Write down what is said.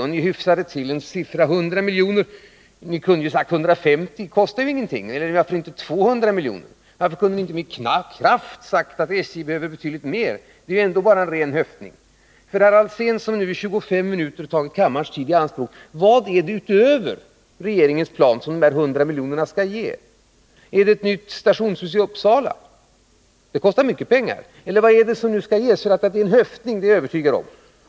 Och ni hyfsade till en siffra på 100 miljoner. Ni kunde ju ha sagt 150 miljoner — det kostar ju ingenting — eller varför inte 200 miljoner. Varför kunde ni inte med kraft ha sagt att SJ behöver betydligt mer? Det är ju ändå bara en ren höftning. Till herr Alsén, som nu i 25 minuter tagit kammarens tid i anspråk, vill jag ställa frågan: Vad är det utöver regeringens plan som de här 100 miljonerna skall ge? Är det ett nytt stationshus i Uppsala? Det kostar mycket pengar. Att beloppet är en höftning är jag övertygad om.